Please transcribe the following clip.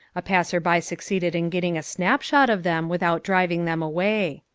a passer-by succeeded in getting a snapshot of them without driving them away.